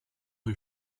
rue